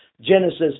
Genesis